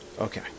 Okay